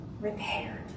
repaired